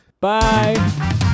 Bye